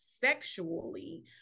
sexually